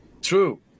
True